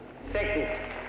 Second